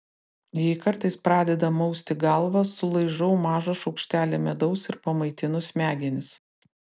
jei kartais pradeda mausti galvą sulaižau mažą šaukštelį medaus ir pamaitinu smegenis